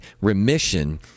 remission